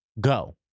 Go